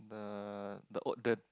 the the oat